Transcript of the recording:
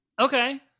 okay